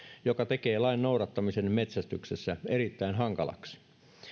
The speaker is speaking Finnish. joka tekee lain noudattamisen metsästyksessä erittäin hankalaksi